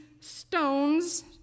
stones